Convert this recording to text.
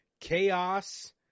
Chaos